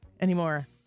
anymore